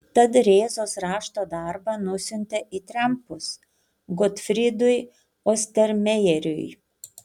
tada rėzos rašto darbą nusiuntė į trempus gotfrydui ostermejeriui